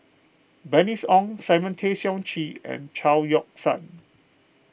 Bernice Ong Simon Tay Seong Chee and Chao Yoke San